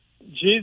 Jesus